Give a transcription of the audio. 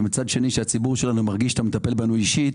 ומצד שני הציבור שלנו מרגיש שאתה מטפל בנו אישית.